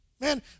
Man